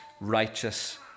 righteous